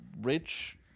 rich